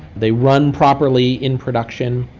they run properly in production,